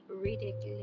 ridiculous